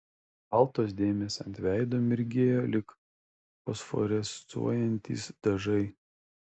baltos dėmės ant veido mirgėjo lyg fosforescuojantys dažai